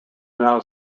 now